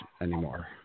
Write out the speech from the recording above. anymore